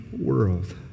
world